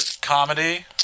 comedy